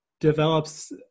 develops